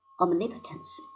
omnipotence